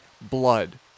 Blood